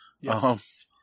Yes